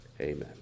Amen